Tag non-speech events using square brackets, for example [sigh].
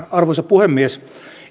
[unintelligible] arvoisa puhemies